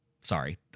Sorry